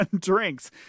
drinks